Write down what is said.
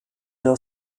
der